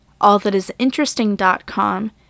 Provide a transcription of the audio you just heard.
allthatisinteresting.com